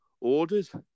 orders